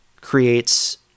creates